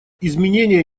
изменения